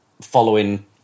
following